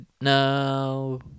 No